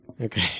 Okay